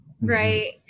right